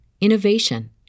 innovation